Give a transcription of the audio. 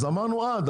אז אמרנו עד,